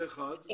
זה אחת.